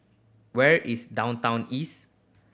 where is Downtown East